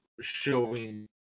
showing